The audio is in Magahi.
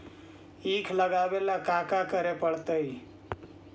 ईख लगावे ला का का करे पड़तैई?